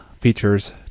features